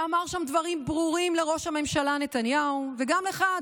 שאמר שם דברים ברורים לראש הממשלה נתניהו וגם לך,